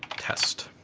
test.